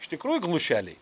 iš tikrųjų glušeliai